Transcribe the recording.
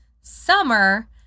summer